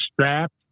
strapped